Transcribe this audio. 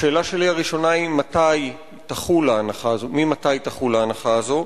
השאלה הראשונה שלי היא: ממתי תחול ההנחה הזו?